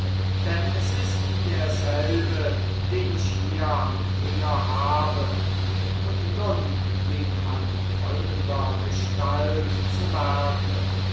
denn es ist derselbe den ich hier am finger habe und nun ging man folgendergestalt zu